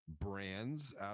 brands